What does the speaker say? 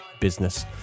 business